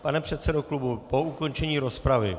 Pane předsedo klubu, po ukončení rozpravy?